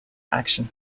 action